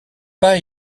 pas